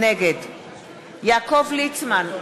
נגד יעקב ליצמן,